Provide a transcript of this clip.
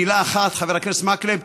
רק מילה אחת: חבר הכנסת מקלב,